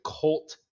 cult